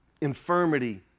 infirmity